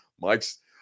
Mike's